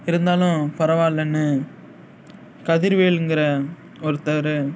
இருந்தாலும் பரவாயில்லைன்னு கதிர்வேல்ங்கிற ஒருத்தவர்